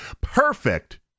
perfect